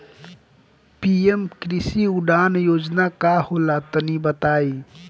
PM कृषि उड़ान योजना का होला तनि बताई?